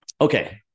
Okay